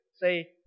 say